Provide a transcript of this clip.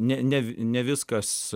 ne ne ne viskas